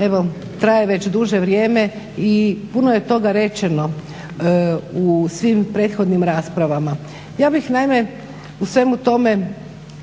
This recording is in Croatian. evo traje već duže vrijeme i puno je toga rečeno u svim prethodnim raspravama ja bih naime u svemu tome